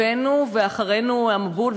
הבאנו ואחרינו המבול.